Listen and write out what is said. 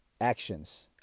actions